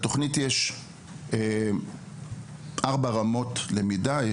לתוכנית יש ארבע רמות למידה,